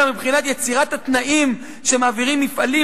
אלא מבחינת יצירת התנאים שמעבירים מפעלים